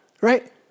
right